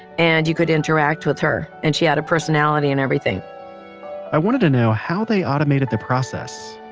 and you could interact with her. and she had a personality in everything i wanted to know how they automated the process.